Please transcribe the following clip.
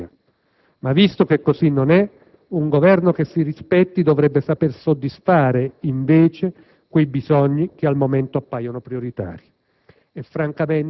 a nessuno. Ma visto che così non è, un Governo che si rispetti dovrebbe saper soddisfare invece quei bisogni che al momento appaiono prioritari.